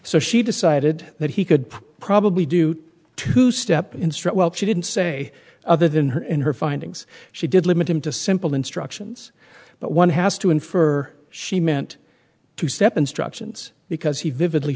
so she decided that he could probably do two step in struggle she didn't say other than her and her findings she did limit him to simple instructions but one has to infer she meant to step instructions because he vividly